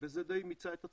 וזה די מיצה את עצמו,